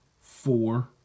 four